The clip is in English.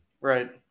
Right